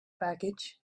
baggage